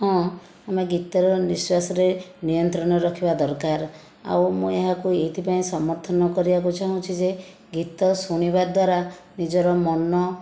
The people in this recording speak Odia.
ହଁ ଆମେ ଗୀତର ନିଶ୍ୱାସରେ ନିୟନ୍ତ୍ରଣ ରଖିବା ଦରକାର ଆଉ ମୁଁ ଏହାକୁ ଏଇଥିପାଇଁ ସମର୍ଥନ କରିବାକୁ ଚାହୁଁଛି ଯେ ଗୀତ ଶୁଣିବା ଦ୍ୱାରା ନିଜର ମନ